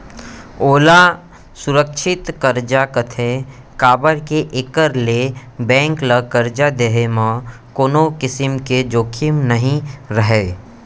ओला सुरक्छित करजा कथें काबर के एकर ले बेंक ल करजा देहे म कोनों किसम के जोखिम नइ रहय